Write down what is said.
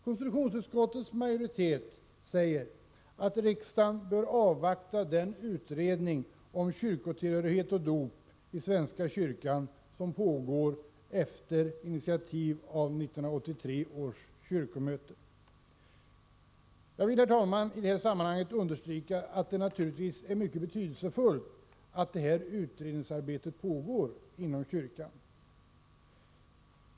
Konstitutionsutskottets majoritet säger att riksdagen bör avvakta den utredning om kyrkotillhörighet och dop i svenska kyrkan som pågår efter initiativ av 1983 års kyrkomöte. Jag vill, herr talman, i det här sammanhanget understryka att det naturligtvis är mycket betydelsefullt att detta utredningsarbete pågår inom kyrkan.